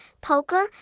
Poker